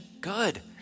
Good